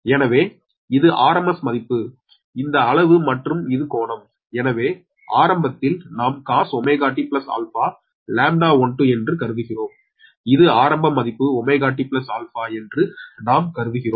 எனவே இது RMS மதிப்பு இந்த அளவு மற்றும் இது கோணம் எனவே ஆரம்பத்தில் நாம் cos 𝜔t 𝛼 λ12 என்று கருதுகிறோம் இது ஆரம்ப மதிப்பு 𝜔t 𝛼 என்று நாம் கருதுகிறோம்